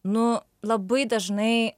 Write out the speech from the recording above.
nu labai dažnai